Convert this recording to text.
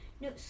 no